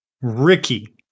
Ricky